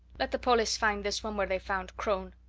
let the pollis find this one where they found crone!